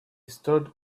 stood